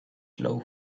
slow